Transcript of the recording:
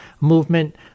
movement